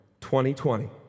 2020